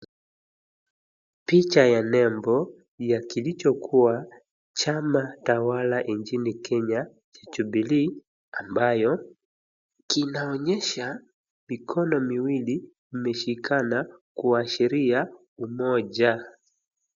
Picha ya lengo ya kilichokuwa chama tawala nchini Kenya Jubilee ambayo kinaonyesha mikono miwili imeshikana kuashiria umoja.